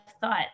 thought